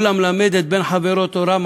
כל המלמד את בן חברו תורה,